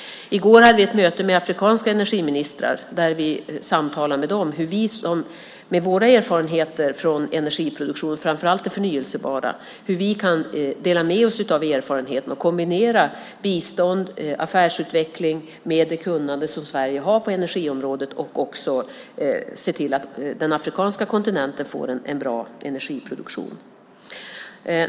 I går hade vi ett möte med afrikanska energiministrar och samtalade med dem om hur vi kan dela med oss av våra erfarenheter från energiproduktion, framför allt från det förnybara, och kombinera bistånd och affärsutveckling med det kunnande som Sverige har på energiområdet och också se till att den afrikanska kontinenten får en bra energiproduktion.